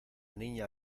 niña